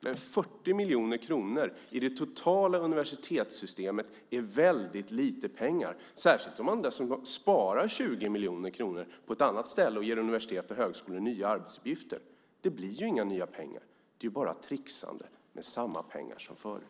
Men 40 miljoner kronor i det totala universitetssystemet är väldigt lite pengar, särskilt som man dessutom sparar 20 miljoner på ett annat ställe och ger universitet och högskolor nya arbetsuppgifter. Det blir inga nya pengar. Det är bara tricksande med samma pengar som förut.